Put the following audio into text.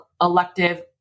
elective